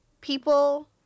people